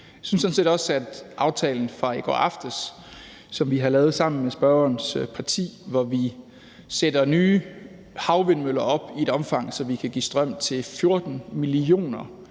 set også, at aftalen fra i går aftes, som vi har lavet sammen med spørgerens parti, hvor vi sætter nye havvindmøller op i et omfang, der kan give strøm til 14 millioner